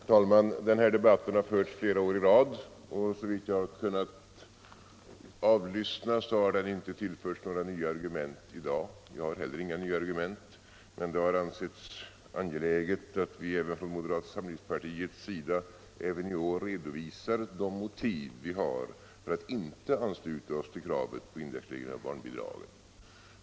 Herr talman! Den här debatten har förts flera år i rad, och såvitt jag har kunnat avlyssna har den inte tillförts några nya argument i dag. Jag har heller inga nya argument, men det har ansetts angeläget att vi även från moderata samlingspartiets sida också i år redovisar de motiv vi har för att inte ansluta oss till kravet på indexreglering av barnbidragen.